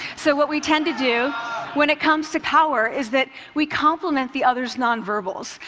so what we tend to do when it comes to power is that we complement the other's nonverbals.